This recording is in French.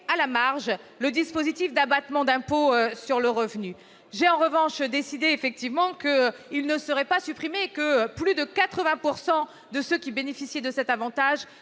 à la marge le dispositif d'abattement d'impôt sur le revenu. En revanche, j'ai décidé qu'il ne serait pas supprimé et que plus de 80 % de ceux qui bénéficient de cet avantage